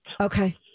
Okay